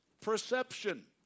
perception